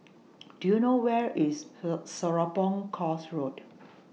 Do YOU know Where IS A Serapong Course Road